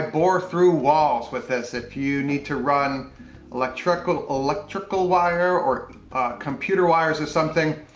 bore through walls with this. if you need to run electrical, electrical wire or computer wires or something,